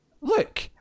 Look